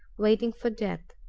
waiting for death.